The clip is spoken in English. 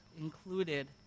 included